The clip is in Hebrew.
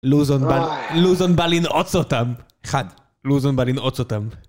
לוזון בא, לוזון בא לנעוץ אותם. אחד, לוזון בא לנעוץ אותם.